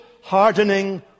hardening